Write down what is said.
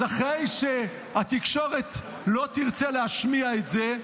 אז אחרי שהתקשורת לא תרצה להשמיע את זה,